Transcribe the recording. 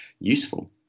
useful